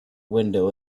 window